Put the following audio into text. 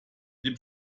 dem